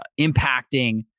impacting